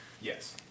Yes